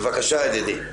בבקשה אדוני,